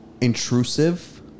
Intrusive